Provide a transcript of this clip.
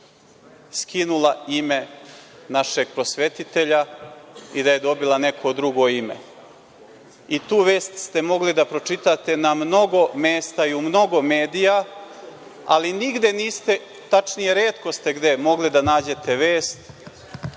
skinula ime našeg prosvetitelja i da je dobila neko drugo ime i tu vest ste mogli da pročitate na mnogo mesta i u mnogo medija, ali nigde niste, tačnije retko ste gde mogli da nađete vest